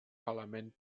parlament